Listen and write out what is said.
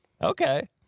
Okay